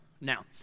Now